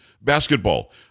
basketball